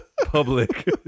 public